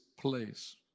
place